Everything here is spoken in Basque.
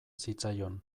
zitzaion